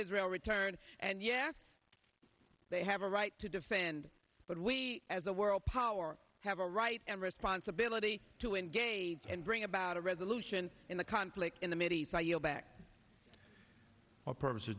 israel return and yes they have a right to defend but we as a world power have a right and responsibility to engage and bring about a resolution in the conflict in the mideast i yield back our purposes